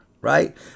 right